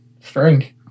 Strange